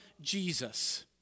Jesus